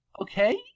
okay